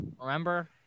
Remember